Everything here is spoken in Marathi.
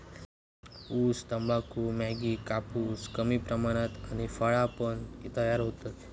ऊस, तंबाखू, मॅगी, कापूस कमी प्रमाणात आणि फळा पण तयार होतत